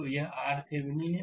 तो यहRThevenin है